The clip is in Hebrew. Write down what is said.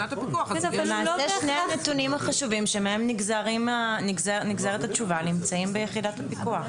למעשה שני הנתונים החשובים שמהם נגזרת התשובה נמצאים ביחידת הפיקוח.